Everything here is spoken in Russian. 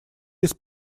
без